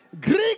Greek